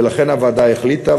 ולכן הוועדה החליטה,